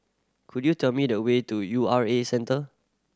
could you tell me the way to U R A Centre